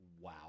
Wow